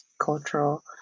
cultural